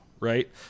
Right